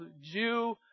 jew